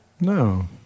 No